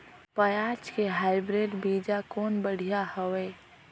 पियाज के हाईब्रिड बीजा कौन बढ़िया हवय?